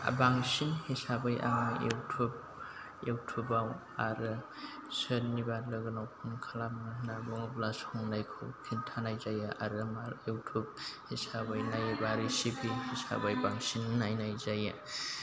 बांसिन हिसाबै आङो इउथुब इउथुबआव आरो सोरनिबा लोगोनाव फन खालामहरनानै बुङोब्ला संनायखौ खिन्थानाय जायो आरो इउथुब हिसाबै नायोबा रिसिपि हिसाबै बांसिन नायनाय जायो